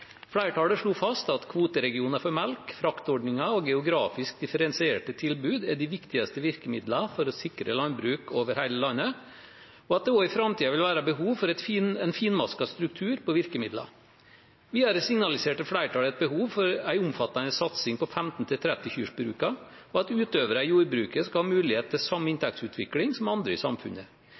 Flertallet slo fast at kvoteregioner for melk, fraktordninger og geografisk differensierte tilbud er de viktigste virkemidlene for å sikre landbruk over hele landet, og at det også i framtiden vil være behov for en finmasket struktur på virkemidlene. Videre signaliserte flertallet et behov for en omfattende satsing på 15- til 30-kyrsbrukene, og at utøvere i jordbruket skal ha mulighet til samme inntektsutvikling som andre i samfunnet.